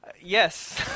Yes